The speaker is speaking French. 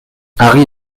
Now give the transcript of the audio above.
harry